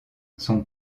son